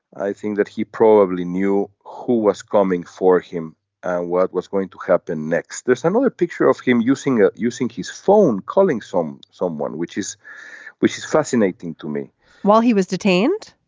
i think that he probably knew who was coming for him and what was going to happen next there's another picture of him using it using his phone calling some someone which is which is fascinating to me while he was detained.